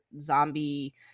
zombie